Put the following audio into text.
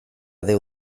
déu